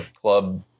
club